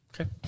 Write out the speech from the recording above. Okay